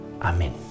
Amen